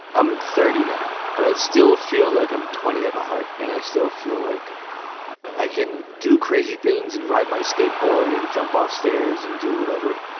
i'm thirty now, but i still feel like i'm twenty eight a heart and i still feel like i can do crazy things and ride my skateboard and jump off stairs and do whatever.